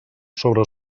sobre